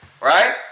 right